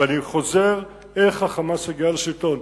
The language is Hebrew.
ואני חוזר על איך ה"חמאס" הגיע לשלטון.